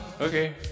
Okay